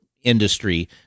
industry